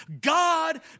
God